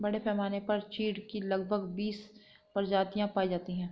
बड़े पैमाने पर चीढ की लगभग बीस प्रजातियां पाई जाती है